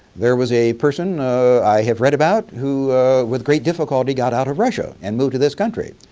there was a person i have read about who with great difficulty got out of russia and moved to this country.